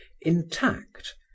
intact